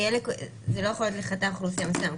זה לא יכול להיות לחתך אוכלוסייה מסוים.